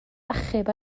achub